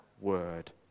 word